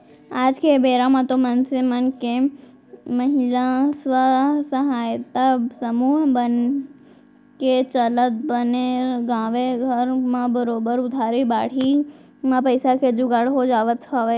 आज के बेरा म तो मनसे मन के महिला स्व सहायता समूह मन के चलत बने गाँवे घर म बरोबर उधारी बाड़ही म पइसा के जुगाड़ हो जावत हवय